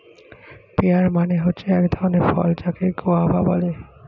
pair মানে হচ্ছে এক ধরণের ফল যাকে গোয়াভা বলে